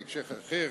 בהקשר אחר,